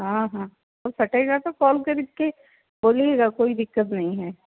हाँ हाँ तो फटेगा तो कॉल करके बोलिएगा कोई दिक्कत नहीं है